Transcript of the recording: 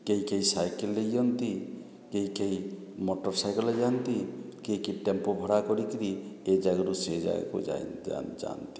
କେହି କେହି ସାଇକେଲ୍ରେ ଯାଆନ୍ତି କେହି କେହି ମଟରସାଇକେଲ୍ରେ ଯାଆନ୍ତି କିଏ କିଏ ଟେମ୍ପୋ ଭଡ଼ା କରିକିରି ଏ ଜାଗାରୁ ସେ ଜାଗା କୁ ଯାଆନ୍ତି